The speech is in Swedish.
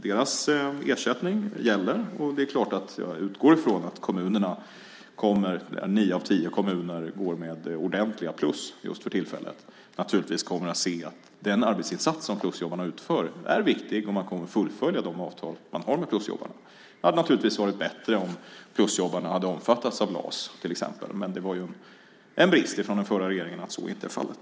Deras ersättning gäller, och det är klart att jag, med tanke på att nio av tio kommuner går med ordentliga plus just för tillfället, utgår från att kommunerna naturligtvis kommer att se att den arbetsinsats som plusjobbarna utför är viktig och att man kommer att fullfölja de avtal man har med plusjobbarna. Det hade naturligtvis varit bättre om plusjobbarna hade omfattats av LAS, till exempel. Det var en brist från den förra regeringen att så inte var fallet.